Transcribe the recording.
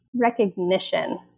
recognition